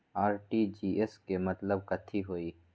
RTGS के मतलब कथी होइ?